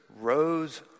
rose